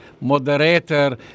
moderator